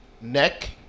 neck